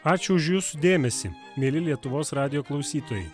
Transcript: ačiū už jūsų dėmesį mieli lietuvos radijo klausytojai